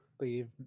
leave